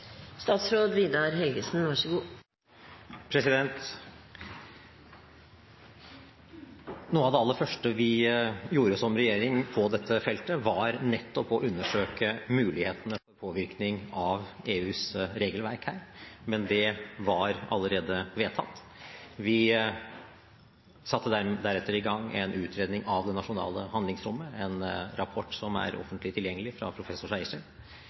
Noe av det aller første vi gjorde som regjering på dette feltet, var nettopp å undersøke mulighetene for påvirkning av EUs regelverk her, men det var allerede vedtatt. Vi satte deretter i gang en utredning av det nasjonale handlingsrommet, og resultatet foreligger i en rapport fra professor Sejersted som er offentlig tilgjengelig.